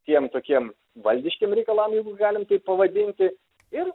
tiem tokiem valdiškiem reikalam jeigu galim taip pavadinti ir